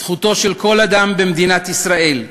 זכותו של כל אדם במדינת ישראל,